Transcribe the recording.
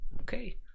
okay